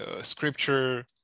scripture